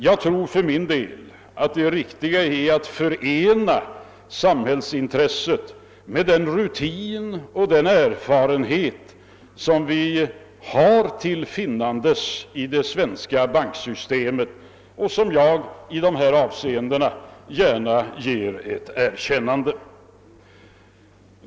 Jag tror för min del att det riktiga är att förena samhällsintresset med den rutin och den erfarenhet som vi har till finnandes i det svenska banksystemet och som jag i dessa avseenden gärna ger ett erkännande.